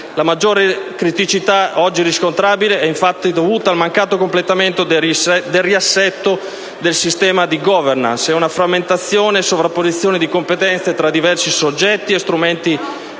La maggiore criticità oggi riscontrabile è, infatti, dovuta al mancato completamento del riassetto del sistema di *governance* e a una frammentazione e sovrapposizione di competenze tra diversi soggetti e strumenti